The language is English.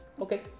okay